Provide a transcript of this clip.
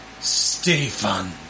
Stefan